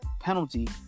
penalty